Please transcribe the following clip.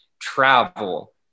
travel